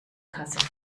kasse